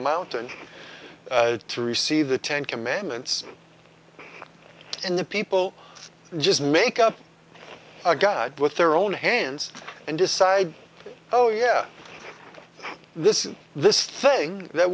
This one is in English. mountain to receive the ten commandments and the people just make up a god with their own hands and decide oh yeah this is this thing that